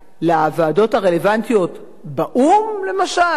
לוועדות הרלוונטיות באו"ם, למשל?